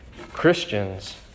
Christians